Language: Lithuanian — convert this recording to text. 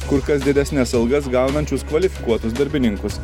kur kas didesnes algas gaunančius kvalifikuotus darbininkus